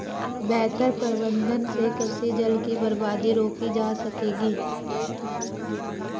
बेहतर प्रबंधन से कृषि जल की बर्बादी रोकी जा सकेगी